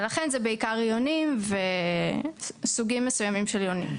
ולכן זה בעיקר סוגים מסוימים של יונים.